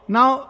Now